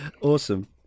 Awesome